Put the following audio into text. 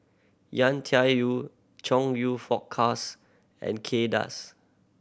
Yau Tian Yau Chong You Fook Charles and Kay Das